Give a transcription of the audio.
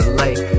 light